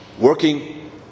working